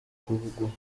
kuvugwaho